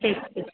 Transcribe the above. ठीक ठीक